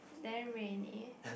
damn rainy